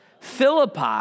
Philippi